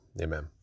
Amen